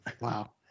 Wow